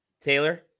taylor